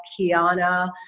Kiana